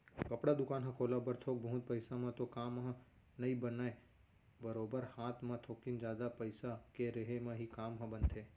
कपड़ा दुकान ह खोलब बर थोक बहुत पइसा म तो काम ह नइ बनय बरोबर हात म थोकिन जादा पइसा के रेहे म ही काम ह बनथे